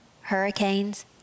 hurricanes